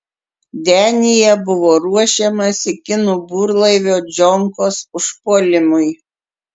denyje buvo ruošiamasi kinų burlaivio džonkos užpuolimui